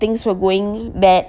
things were going bad